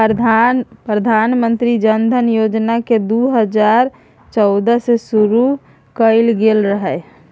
प्रधानमंत्री जनधन योजना केँ दु हजार चौदह मे शुरु कएल गेल रहय